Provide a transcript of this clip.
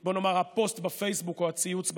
בוא נאמר, הפוסט בפייסבוק או הציוץ בטוויטר,